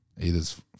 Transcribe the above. either's